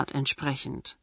entsprechend